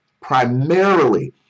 Primarily